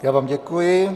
Já vám děkuji.